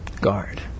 Guard